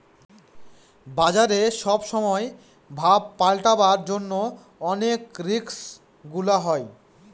বাজারে সব সময় ভাব পাল্টাবার জন্য অনেক রিস্ক গুলা হয়